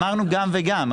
אמרנו גם וגם,